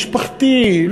משפחתי,